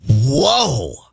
Whoa